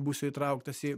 būsiu įtrauktas į